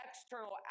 external